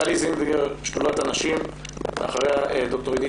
גלי זינגר משדולת הנשים ואחריה ד"ר עידית